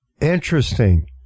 Interesting